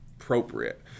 appropriate